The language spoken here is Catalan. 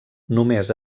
només